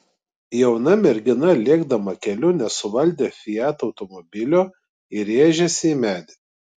jauna mergina lėkdama keliu nesuvaldė fiat automobilio ir rėžėsi į medį